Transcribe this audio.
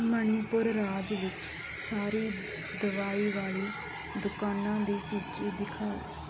ਮਣੀਪੁਰ ਰਾਜ ਵਿੱਚ ਸਾਰੀ ਦਵਾਈ ਵਾਲੀ ਦੁਕਾਨਾਂ ਦੀ ਸੂਚੀ ਦਿਖਾਓ